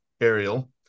Ariel